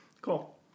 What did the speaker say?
Cool